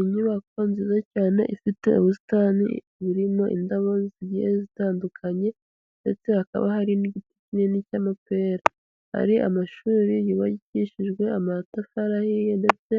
Inyubako nziza cyane ifite ubusitani burimo indabo zigiye zitandukanye ndetse hakaba hari n'igiti kinini cy'amapera. Hari amashuri yubakishijwe amatafari ahiye ndetse